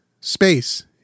space